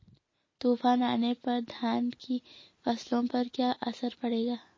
तूफान आने पर धान की फसलों पर क्या असर पड़ेगा?